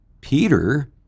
Peter